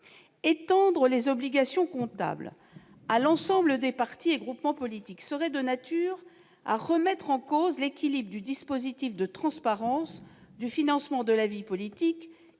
Étendre les obligations comptables à l'ensemble des partis et groupements politiques serait de nature à remettre en cause l'équilibre du dispositif de transparence du financement de la vie politique